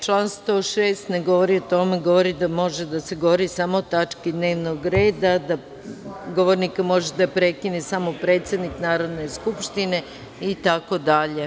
Član 106. ne govori o tome, govori da može da se govori samo o tački dnevnog reda, da govornika može da prekine samo predsednik Narodne skupštine itd.